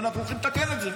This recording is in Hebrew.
ואנחנו הולכים לתקן את זה.